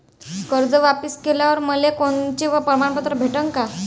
कर्ज वापिस केल्यावर मले कोनचे प्रमाणपत्र भेटन का?